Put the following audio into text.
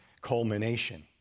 culmination